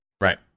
Right